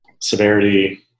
Severity